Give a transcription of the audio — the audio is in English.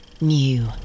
new